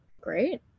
great